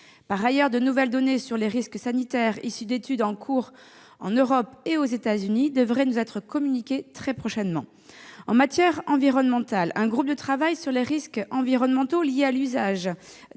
Par ailleurs, de nouvelles données sur les risques sanitaires, issues d'études en cours en Europe et aux États-Unis, devraient nous être communiquées très prochainement. En matière environnementale, un groupe de travail sur les risques environnementaux liés à l'usage